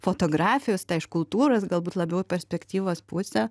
fotografijos tą iš kultūros galbūt labiau perspektyvos pusę